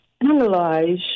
analyze